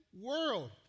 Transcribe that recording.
world